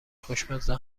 خوشمزه